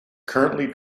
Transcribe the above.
currently